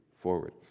forward